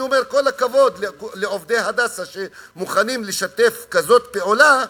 אני אומר: כל הכבוד לעובדי "הדסה" שמוכנים לשתף פעולה,